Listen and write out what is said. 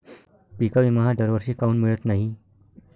पिका विमा हा दरवर्षी काऊन मिळत न्हाई?